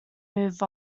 move